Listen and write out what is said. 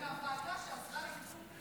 לחברתי טלי גוטליב מהוועדה שעזרה בקידום החוק הזה.